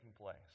place